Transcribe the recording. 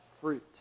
fruit